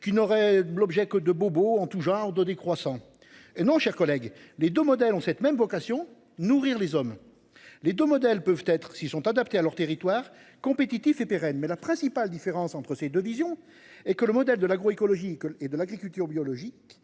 qui n'aurait l'objet que de bobos en tous genres de, des croissants et nos chers collègues les 2 modèles ont cette même vocation nourrir les hommes, les 2 modèles peuvent être s'ils sont adaptés à leur territoire compétitif et pérenne. Mais la principale différence entre ces 2 visions et que le modèle de l'agroécologie que et de l'agriculture biologique